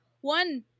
one